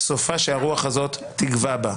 סופה שהרוח הזאת תגווע בה.